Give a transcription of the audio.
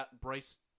Bryce